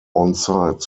onsite